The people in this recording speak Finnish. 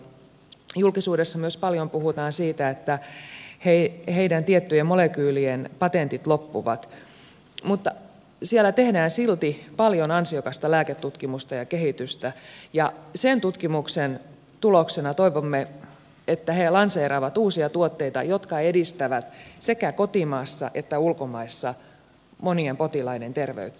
julkisuudessa myös paljon puhutaan siitä että heidän tiettyjen molekyylien patentit loppuvat mutta siellä tehdään silti paljon ansiokasta lääketutkimusta ja kehitystä ja sen tutkimuksen tuloksena toivomme että he lanseeraavat uusia tuotteita jotka edistävät sekä kotimaassa että ulkomailla monien potilaiden terveyttä